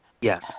Yes